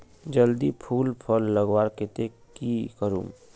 जल्दी फूल फल लगवार केते की करूम?